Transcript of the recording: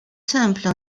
simple